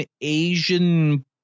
Asian